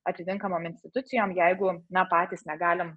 atitinkamom institucijom jeigu na patys negalim